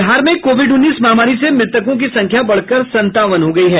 बिहार में कोविड उन्नीस महामारी से मृतकों की संख्या बढ़कर संतावन हो गयी है